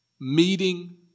meeting